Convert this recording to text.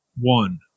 One